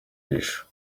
ijisho